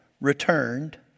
returned